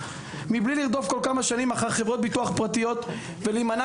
כדי לא לרדוף כל כמה שנים אחר חברות ביטוח פרטיות וכדי להימנע